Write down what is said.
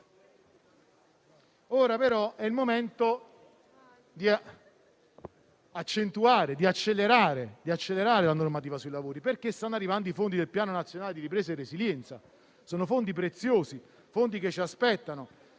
Ora però è il momento di accelerare la normativa sui lavori perché stanno arrivando i fondi del Piano nazionale di ripresa e resilienza. Sono fondi preziosi che ci aspettano.